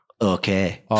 okay